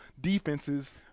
defenses